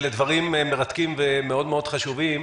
אלה דברים מרתקים ומאוד מאוד חשובים.